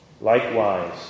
likewise